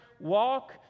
Walk